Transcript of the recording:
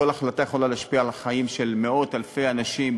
כל החלטה יכולה להשפיע על החיים של מאות-אלפי אנשים,